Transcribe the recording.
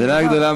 השאלה הגדולה,